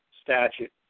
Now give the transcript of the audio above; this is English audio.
statute